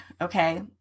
okay